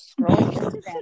scrolling